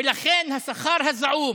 ולכן, השכר הזעום